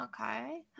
okay